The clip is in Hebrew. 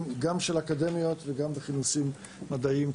גם של אקדמיות וגם בכינוסים מדעיים כלליים,